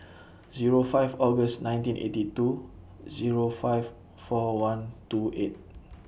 Zero five August nineteen eighty two Zero five four one two eight